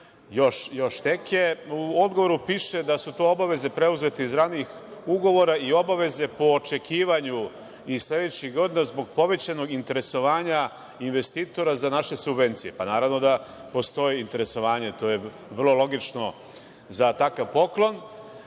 još neke.U odgovoru piše da su obaveze preuzete iz ranijih ugovora i obaveze po očekivanju i sledećih godina zbog povećanog interesovanja investitora za naše subvencije. Pa, naravno, da postoji interesovanje, to je vrlo logično za takav poklon.